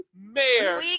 Mayor